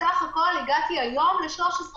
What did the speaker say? יכול להיות שהוא שם, יכול להיות שהוא לא שם.